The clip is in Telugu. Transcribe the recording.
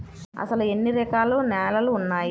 అసలు ఎన్ని రకాల నేలలు వున్నాయి?